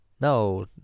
No